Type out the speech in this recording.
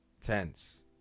tense